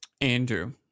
Andrew